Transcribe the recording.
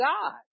god